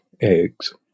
eggs